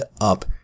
up